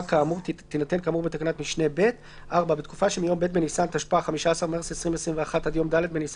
חוץ, דרכון של מדינת חוץ ובו אשרה דיפלומטית או